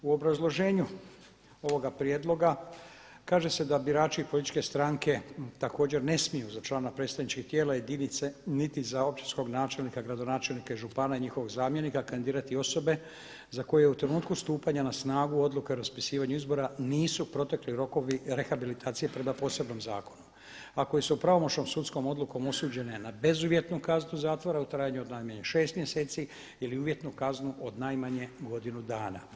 U obrazloženju ovoga prijedloga kaže se da birači političke stranke također ne smiju za člana predstavničkih tijela jedinice, niti za općinskog načelnika, gradonačelnika i župana i njihovog zamjenika kandidirati osobe za koje u trenutku stupanja na snagu odluke o raspisivanju izbora nisu protekli rokovi rehabilitacije prema posebnom zakonu, a koje su pravomoćnom sudskom odlukom osuđene na bezuvjetnu kaznu zatvora u trajanju od najmanje šest mjeseci ili uvjetnu kaznu od najmanje godinu dana.